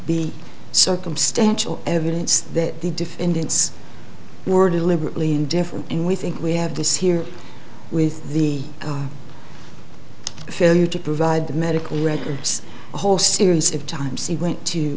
be circumstantial evidence that the defendants were deliberately indifferent and we think we have this here with the failure to provide the medical records a whole series of times he went to